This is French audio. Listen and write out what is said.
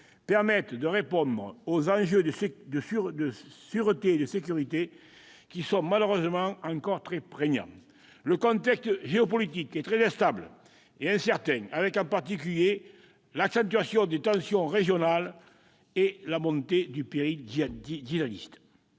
permette de répondre aux enjeux de sûreté et de sécurité, qui sont malheureusement encore très prégnants. Le contexte géopolitique est très instable et incertain, avec en particulier l'accentuation des tensions régionales et la montée du péril djihadiste.